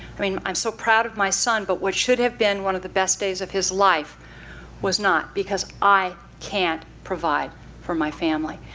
i mean i'm so proud of my son, but what should have been one of the best days of his life was not because i can't provide for my family.